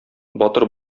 батыр